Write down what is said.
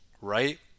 right